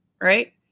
right